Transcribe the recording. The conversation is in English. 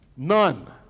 None